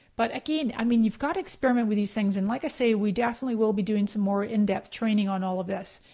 but again, i mean you've got to experiment with these things. and like i say we definitely will be doing some more in-depth training on all of this.